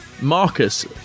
Marcus